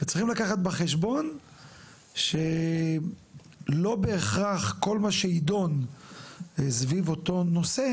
וצריכים לקחת בחשבון שלא בהכרח כל מה שיידון סביב אותו נושא,